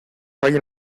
fallen